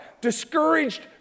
Discouraged